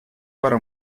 para